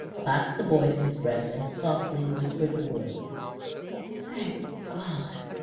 clasped the boy to his breast, and softly whispered the words thank god!